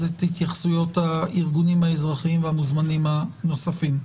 התייחסויות הארגונים האזרחיים והמוזמנים הנוספים.